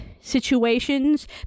situations